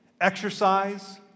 exercise